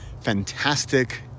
fantastic